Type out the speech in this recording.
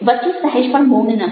વચ્ચે સહેજ પણ મૌન નથી